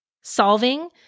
solving